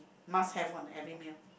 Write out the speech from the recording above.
must have one every meal